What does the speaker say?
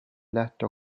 letto